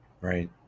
Right